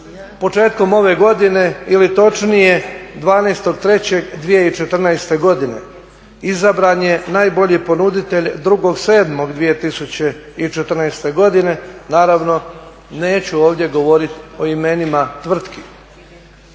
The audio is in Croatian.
Početkom ove godine ili točnije 12.3.2014. godine izabran je najbolji ponuditelj 2.7.2014. godine, naravno neću ovdje govorit o imenima tvrtki.